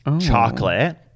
chocolate